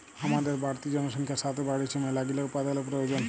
হামাদের বাড়তি জনসংখ্যার সাতে বাইড়ছে মেলাগিলা উপাদানের প্রয়োজন